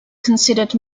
considered